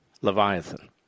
leviathan